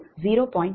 8320